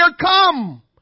come